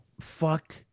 fuck